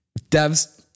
devs